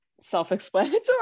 self-explanatory